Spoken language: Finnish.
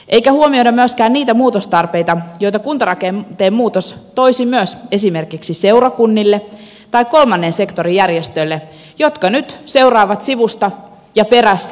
eikä huomioida myöskään niitä muutostarpeita joita kuntarakenteen muutos toisi myös esimerkiksi seurakunnille tai kolmannen sektorin järjestöille jotka nyt seuraavat sivusta ja perässä